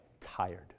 tired